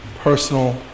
personal